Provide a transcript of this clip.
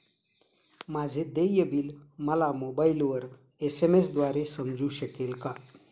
माझे देय बिल मला मोबाइलवर एस.एम.एस द्वारे समजू शकेल का?